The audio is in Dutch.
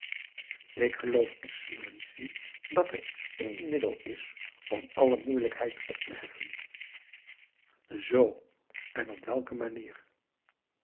ik geloof excellentie dat er één middel is om alle moeielijkheid op te heffen zoo en op welke manier